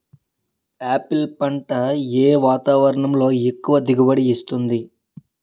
Apple పంట ఏ వాతావరణంలో ఎక్కువ దిగుబడి ఇస్తుంది?